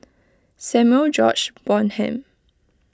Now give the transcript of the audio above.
Samuel George Bonham